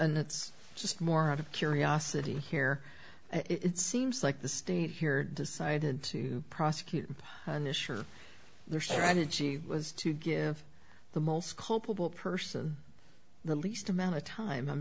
and it's just more out of curiosity here it seems like the state here decided to prosecute an issue or their strategy was to give the most culpable person the least amount of